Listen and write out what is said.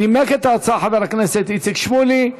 נימק את ההצעה חבר הכנסת איציק שמולי.